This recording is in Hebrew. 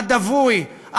הדווי,